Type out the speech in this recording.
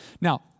Now